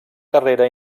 carrera